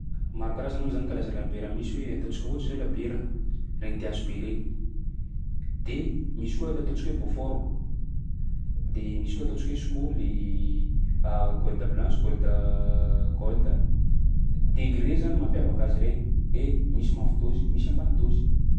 Maro karazany moa zany karaza labiera misy hoe ataontsika ohatsy zao labiera regny THB regny de misy koa le ataontsika hoe beaufort, de misy koa ataontsika hoe skoly, gold blanche, gold gold. Degré zany mampiavaka azy regny: e misy mafy dôzy, misy ambany dôzy.